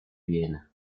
viena